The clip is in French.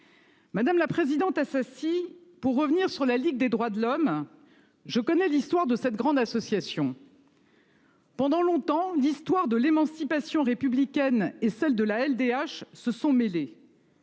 Madame la présidente Assassi, pour en revenir à la Ligue des droits de l'homme, je connais l'histoire de cette grande association. Pendant longtemps, l'histoire de l'émancipation républicaine et celle de la LDH se sont mêlées.